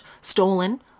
stolen